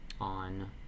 on